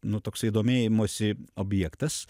nu toksai domėjimosi objektas